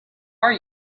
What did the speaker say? are